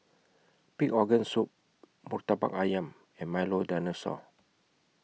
Pig Organ Soup Murtabak Ayam and Milo Dinosaur